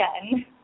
again